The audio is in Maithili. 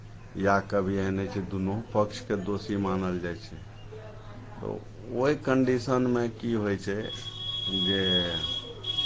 या कभी एहन होइ छै दुनू पक्षकेँ दोषी मानल जाइ छै तऽ ओहि कण्डिशनमे की होइ छै जे